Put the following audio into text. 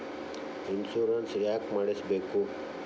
Insurance ಯಾಕ್ ಮಾಡಿಸಬೇಕು?